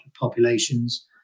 populations